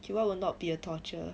okay what will not be a torture